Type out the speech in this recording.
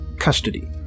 custody